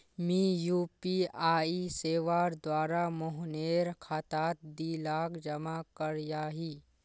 मी यु.पी.आई सेवार द्वारा मोहनेर खातात दी लाख जमा करयाही